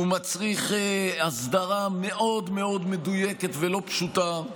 הוא מצריך הסדרה מאוד מאוד מדויקת ולא פשוטה.